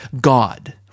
God